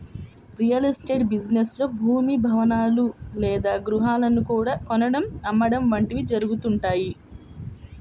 real estate business లో భూమి, భవనాలు లేదా గృహాలను కొనడం, అమ్మడం వంటివి జరుగుతుంటాయి